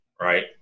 right